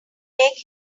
make